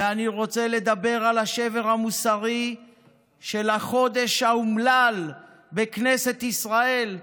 ואני רוצה לדבר על השבר המוסרי של החודש האומלל בכנסת ישראל,